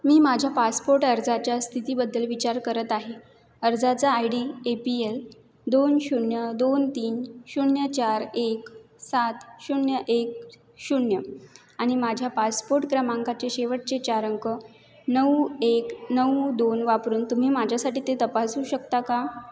मी माझ्या पासपोर्ट अर्जाच्या स्थितीबद्दल विचार करत आहे अर्जाचा I D A P L दोन शून्य दोन तीन शून्य चार एक सात शून्य एक शून्य आणि माझ्या पासपोर्ट क्रमांकाचे शेवटचे चार अंक नऊ एक नऊ दोन वापरून तुम्ही माझ्यासाठी ते तपासू शकता का